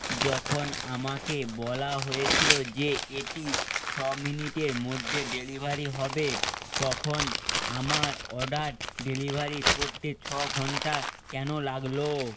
যখন আমাকে বলা হয়েছিলো যে এটি ছ মিনিটের মধ্যে ডেলিভারি হবে তখন আমার অর্ডার ডেলিভারি করতে ছ ঘন্টা কেন লাগলো